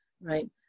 right